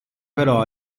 però